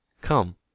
Come